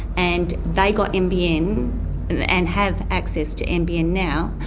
and they got nbn and and have access to nbn now,